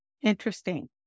Interesting